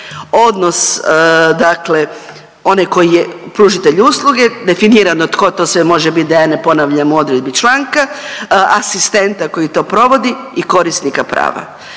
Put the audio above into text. odnos dakle onaj koji je pružatelj usluge, definirano tko to sve može bit da ja ne ponavljam u odredbi članka, asistenta koji to provodi i korisnika prava.